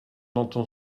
entend